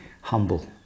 humble